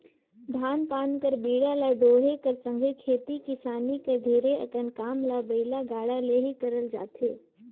धान पान कर बीड़ा ल डोहे कर संघे खेती किसानी कर ढेरे अकन काम ल बइला गाड़ा ले ही करल जाथे